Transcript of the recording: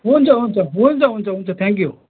हुन्छ हुन्छ हुन्छ हुन्छ हुन्छ थ्याङ्क यू